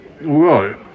right